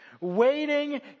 waiting